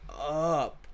Up